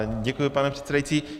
Děkuji, pane předsedající.